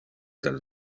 del